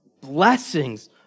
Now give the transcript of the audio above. blessings